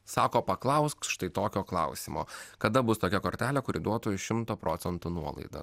sako paklausk štai tokio klausimo kada bus tokia kortelė kuri duotų šimto procentų nuolaidą